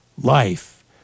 life